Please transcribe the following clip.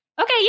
Okay